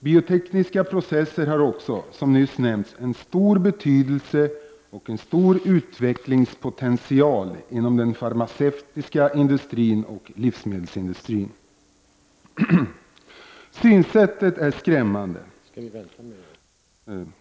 Biotekniska processer har också, som nyss nämnts, en stor betydelse och en stor utvecklingspotential inom den farmaceutiska industrin och livsmedelsindustrin ———.” Synsättet är skrämmande.